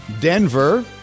Denver